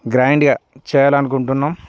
గ్రాండ్గా చేయాలనుకుంటున్నాం